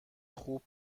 خوب